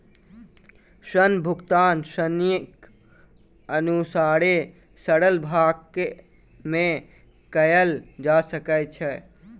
ऋण भुगतान ऋणीक अनुसारे सरल भाग में कयल जा सकै छै